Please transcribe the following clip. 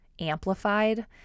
amplified